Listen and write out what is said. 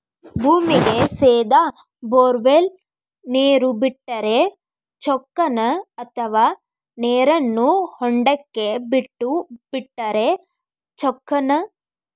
ಭೂಮಿಗೆ ಸೇದಾ ಬೊರ್ವೆಲ್ ನೇರು ಬಿಟ್ಟರೆ ಚೊಕ್ಕನ ಅಥವಾ ನೇರನ್ನು ಹೊಂಡಕ್ಕೆ ಬಿಟ್ಟು ಬಿಟ್ಟರೆ ಚೊಕ್ಕನ?